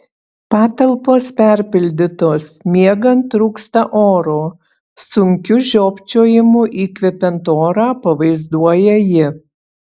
patalpos perpildytos miegant trūksta oro sunkiu žiopčiojimu įkvepiant orą pavaizduoja ji